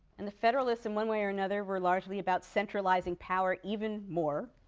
and the federalists in one way or another were largely about centralizing power even more,